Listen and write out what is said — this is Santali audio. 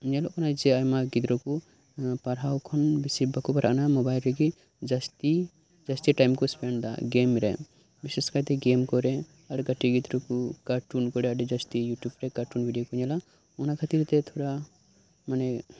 ᱧᱮᱞᱚᱜ ᱠᱟᱱᱟ ᱡᱮ ᱟᱭᱢᱟ ᱜᱤᱫᱽᱨᱟᱹ ᱠᱚ ᱯᱟᱲᱦᱟᱣ ᱠᱷᱚᱱ ᱵᱤᱥᱤ ᱵᱟᱠᱚ ᱯᱟᱲᱦᱟᱜ ᱠᱟᱱᱟ ᱢᱳᱵᱟᱭᱤᱞ ᱨᱮᱜᱮ ᱡᱟᱥᱛᱤ ᱡᱟᱥᱛᱤ ᱴᱟᱭᱤᱢ ᱠᱚ ᱥᱯᱮᱱᱰ ᱮᱫᱟ ᱜᱮᱹᱢ ᱨᱮ ᱵᱤᱥᱮᱥ ᱠᱟᱭᱛᱮ ᱜᱮᱢ ᱠᱚᱨᱮ ᱟᱨ ᱠᱟᱴᱤᱡ ᱜᱤᱫᱽᱨᱟᱹ ᱠᱚ ᱠᱟᱨᱴᱩᱱ ᱠᱚᱨᱮ ᱟᱰᱤ ᱡᱟᱥᱛᱤ ᱤᱭᱩᱴᱤᱭᱩᱵᱽ ᱨᱮ ᱠᱟᱨᱴᱩᱱ ᱵᱷᱤᱰᱤᱭᱳ ᱠᱚ ᱧᱮᱞᱟ ᱚᱱᱟ ᱠᱷᱟᱛᱤᱨ ᱛᱮ ᱛᱷᱚᱲᱟ ᱢᱟᱱᱮ